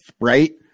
right